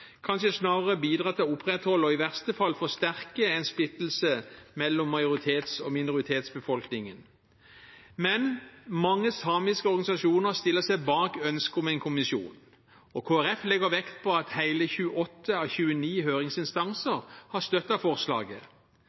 kanskje snarere bidra til å opprettholde og i verste fall forsterke en splittelse mellom majoritets- og minoritetsbefolkningen. Men mange samiske organisasjoner stiller seg bak ønsket om en kommisjon, og Kristelig Folkeparti legger vekt på at hele 28 av 29 høringsinstanser har støttet forslaget.